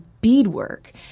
beadwork